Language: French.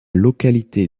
localité